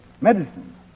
medicine